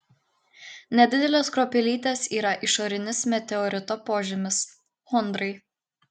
nedidelės kruopelytės yra išorinis meteorito požymis chondrai